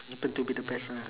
happen to be the best ah